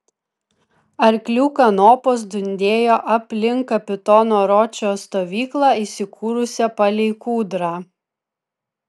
arklių kanopos dundėjo aplink kapitono ročo stovyklą įsikūrusią palei kūdrą